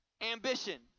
ambition